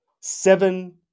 Seven